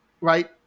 right